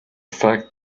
fact